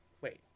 Wait